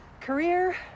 career